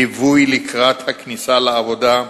ליווי לקראת הכניסה לעבודה,